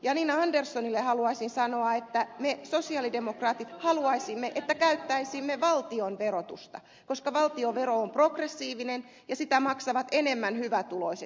janina anderssonille haluaisin sanoa että me sosialidemokraatit haluaisimme että käyttäisimme valtionverotusta koska valtionvero on progressiivinen ja sitä maksavat enemmän hyvätuloiset